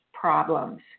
problems